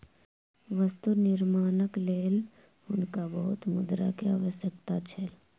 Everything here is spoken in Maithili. वस्तु निर्माणक लेल हुनका बहुत मुद्रा के आवश्यकता छल